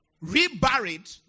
reburied